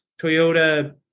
Toyota